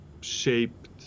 shaped